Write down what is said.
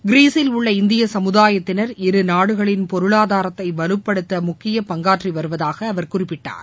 கிரீஸில் உள்ள இந்திய சமுதாயத்தினா் இருநாடுகளின் பொருளாதாரத்தை வலுப்படுத்த முக்கிய பங்காற்றி வருவதாக அவர் குறிப்பிட்டார்